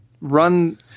run